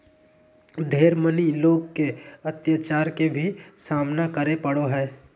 ढेर मनी लोग के अत्याचार के भी सामना करे पड़ो हय